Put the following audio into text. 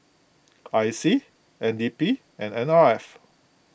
I C N D P and N R F